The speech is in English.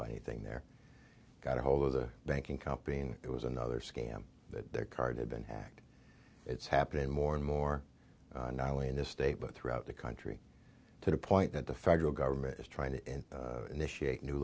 buy anything there got a hold of the banking copying it was another scam that card had been hacked it's happening more and more not only in this state but throughout the country to the point that the federal government is trying to initiate new